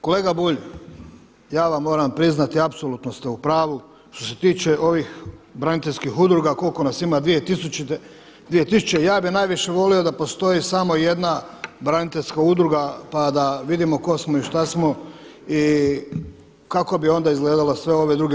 Kolega Bulj, ja vam moram priznati apsolutno ste u pravu što se tiče ovih braniteljskih udruga koliko nas ima 2000 ja bih najviše volio da postoji samo jedna braniteljska udruga pa da vidimo ko smo i šta smo i kako bi onda izgledale sve ove udruge.